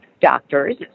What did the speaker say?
doctors